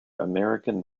american